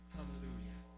Hallelujah